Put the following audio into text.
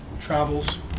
travels